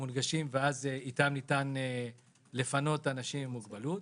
ואיתם ניתן לפנות אנשים עם מוגבלות.